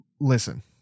listen